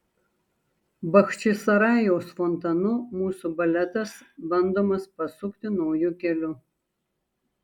bachčisarajaus fontanu mūsų baletas bandomas pasukti nauju keliu